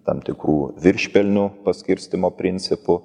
tam tikrų viršpelnių paskirstymo principų